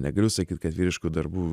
negaliu sakyt kad vyriškų darbų